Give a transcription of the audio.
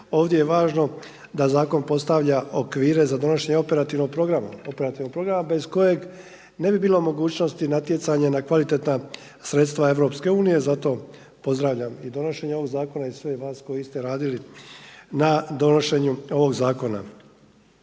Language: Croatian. ovdje je važno da zakon postavlja okvire za donošenje operativnog programa bez kojeg ne bi bilo mogućnosti natjecanje na kvalitetna sredstva EU zato pozdravljam i donošenje ovog zakona i sve vas koji ste radili na donošenju ovog zakona.